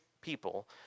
people